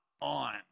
on